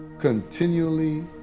Continually